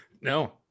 No